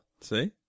See